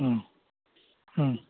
ம் ம்